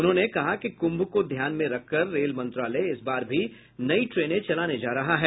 उन्होंने कहा कि कुंभ को ध्यान में रखकर रेल मंत्रालय इस बार भी नई ट्रेनें चलाने जा रहा है